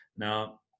Now